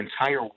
entire